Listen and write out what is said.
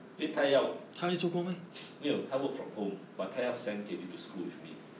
因为她要 没有她 work from home but 她要 send david to school with me